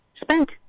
spent